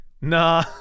Nah